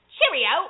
Cheerio